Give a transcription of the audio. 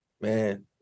man